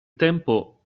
tempo